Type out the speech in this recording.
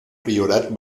priorat